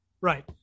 Right